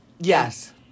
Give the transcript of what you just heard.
yes